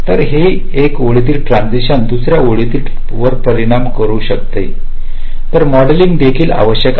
तर एका ओळीतील ते ट्रान्सिशन दुसर्या ओळीतील डीलवर परिणाम करू शकते ते मॉडेलिंग देखील आवश्यक आहे